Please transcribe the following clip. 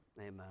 Amen